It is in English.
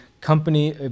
company